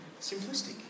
simplistic